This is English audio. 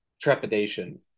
trepidation